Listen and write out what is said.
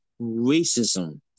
racism